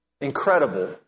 Incredible